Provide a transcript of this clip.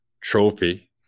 trophy